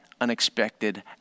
unexpected